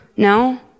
No